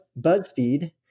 BuzzFeed